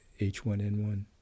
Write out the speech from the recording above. H1N1